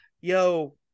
yo